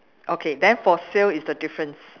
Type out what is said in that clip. okay then for sale is the difference